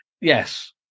yes